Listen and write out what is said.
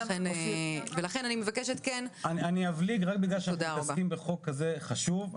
אבליג רק בגלל שאנחנו מתעסקים בהצעת חוק כזאת חשובה.